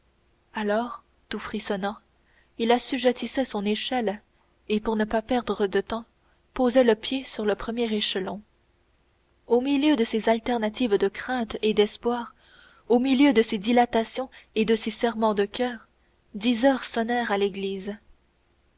alors tout frissonnant il assujettissait son échelle et pour ne pas perdre de temps posait le pied sur le premier échelon au milieu de ces alternatives de crainte et d'espoir au milieu de ces dilatations et de ces serrements de coeur dix heures sonnèrent à l'église